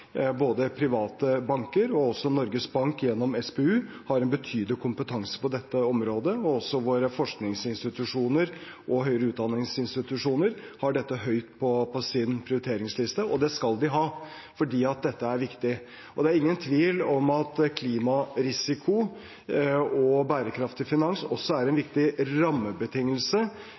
Både private banker og Norges Bank, gjennom SPU, har en betydelig kompetanse på dette området. Også våre forskningsinstitusjoner og høyere utdanningsinstitusjoner har dette på sin prioriteringsliste, og det skal de ha, for dette er viktig. Det er ingen tvil om at klimarisiko og bærekraftig finans også er en viktig rammebetingelse